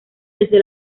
desde